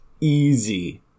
easy